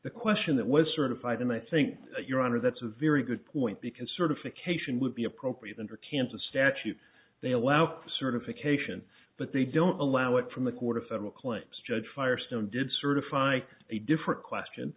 the question that was certified and i think your honor that's a very good point because certification would be appropriate under kansas statute they allow certification but they don't allow it from a court of federal claims judge firestone did certify a different question